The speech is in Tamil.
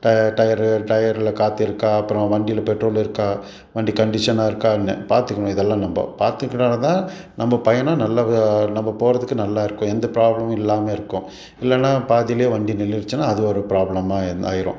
ட டயரு டயரில் காற்று இருக்கா அப்புறம் வண்டியில் பெட்ரோல் இருக்கா வண்டி கண்டிஷனாக இருக்கான்னு பார்த்துக்கணும் இதெல்லாம் நம்ப பார்த்துக்கின்னால தான் நம்ப பயணம் நல்ல நம்ப போகிறதுக்கு நல்லா இருக்கும் எந்த ப்ராப்ளமும் இல்லாமல் இருக்கும் இல்லைன்னா பாதியில் வண்டி நில்லுருச்சுன்னால் அது ஒரு ப்ராப்ளமாக ஆயிடும்